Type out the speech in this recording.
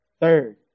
third